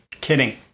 Kidding